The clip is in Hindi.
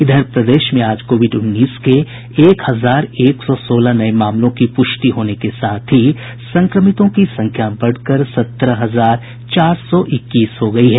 इधर प्रदेश में आज कोविड उन्नीस के एक हजार एक सौ सोलह नये मामलों की प्रष्टि होने के साथ ही संक्रमितों की संख्या बढ़कर सत्रह हजार चार सौ इक्कीस हो गयी है